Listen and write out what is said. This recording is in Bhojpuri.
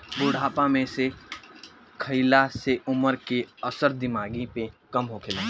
बुढ़ापा में सेब खइला से उमर के असर दिमागी पे कम होखेला